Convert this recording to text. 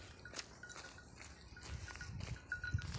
ಬಿಸಿಲ ಐವತ್ತ ಡಿಗ್ರಿ ಇದ್ರ ಕಬ್ಬಿನ ಬೆಳಿಗೆ ಹಾನಿ ಆಕೆತ್ತಿ ಏನ್?